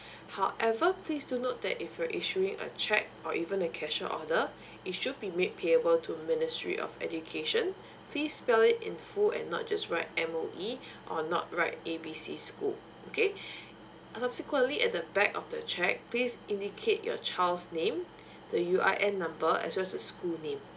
however place do note that if you're issuing a cheque or even a cashier order it should be made payable to ministry of education please spell it in full and not just write M_O_E or not write a b c school okay subsequently at the back of the cheque please indicate your child's name the U_R_N number as well as the school name